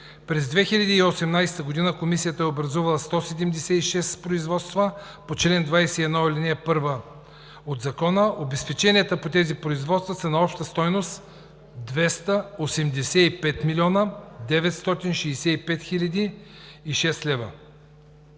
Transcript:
През 2018 г. Комисията е образувала 176 производства по чл. 21, ал. 1 от Закона. Обезпеченията по тези производства са на обща стойност 285 млн. 965 хил. 006 лв.